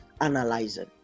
analyzing